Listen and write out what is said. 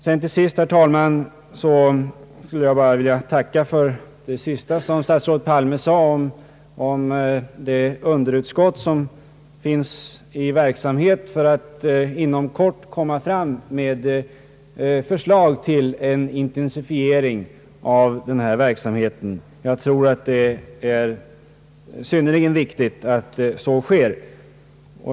Slutligen, herr talman, skulle jag vilja tacka för det sista som statsrådet Palme sade om det underutskott som är i arbete för att inom kort komma fram med förslag till en intensifiering av denna verksamhet. Jag tror att det är synnerligen viktigt att så sker.